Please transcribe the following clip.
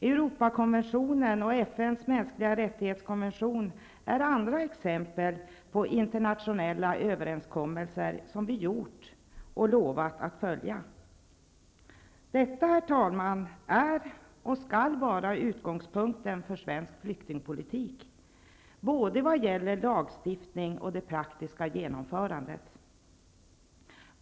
Europakonventionen och FN:s konvention om mänskliga rättigheter är exempel på andra internationella överenskommelser som vi gjort och lovat att följa. Detta, herr talman, är och skall vara utgångspunkten för svensk flyktingpolitik vad gäller både lagstiftning och det praktiska genomförandet.